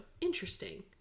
interesting